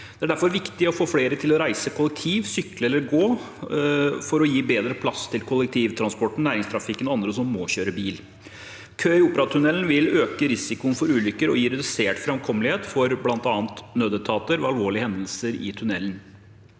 Det er derfor viktig å få flere til å reise kollektivt, sykle eller gå for å gi bedre plass til kollektivtransporten, næringstrafikken og andre som må kjøre bil. Kø i Operatunnelen vil øke risikoen for ulykker og gi redusert framkommelighet for bl.a. nødetater ved alvorlige hendelser i tunnelen.